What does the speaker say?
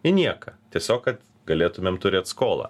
į nieką tiesiog kad galėtumėm turėt skolą